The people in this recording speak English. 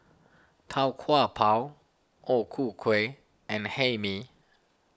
Tau Kwa Pau O Ku Kueh and Hae Mee